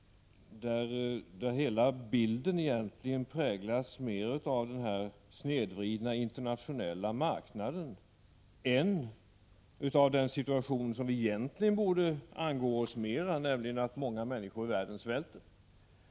Hela bilden präglas mer av den snedvridna internationella marknaden än av det som egentligen borde angå oss mer, nämligen det faktum att många människor i världen svälter.